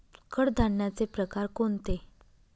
कडधान्याचे प्रकार कोणते?